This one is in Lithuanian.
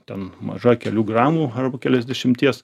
ten maža kelių gramų arba keliasdešimties